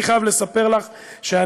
אני חייב לספר לך שאני,